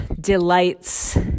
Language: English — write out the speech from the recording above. delights